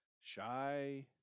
shy